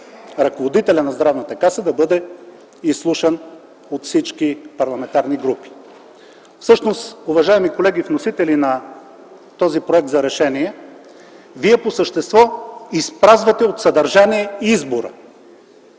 ръководителят на Здравната каса да бъде изслушан от всички парламентарни групи. Всъщност, уважаеми вносители на този проект за решение, вие по същество изпразвате от съдържание избора